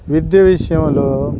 విద్య విషయంలో